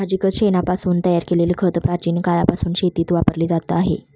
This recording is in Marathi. साहजिकच शेणापासून तयार केलेले खत प्राचीन काळापासून शेतीत वापरले जात आहे